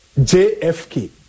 JFK